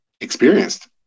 experienced